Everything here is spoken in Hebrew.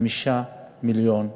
5 מיליון שקלים.